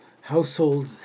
household